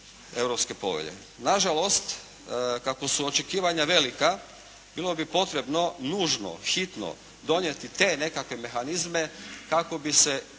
Europske povelje. Na žalost kako su očekivanja velika, bilo bi potrebno nužno, hitno donijeti te nekakve mehanizme kako bi se